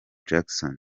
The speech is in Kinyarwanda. jackson